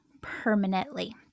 permanently